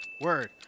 Word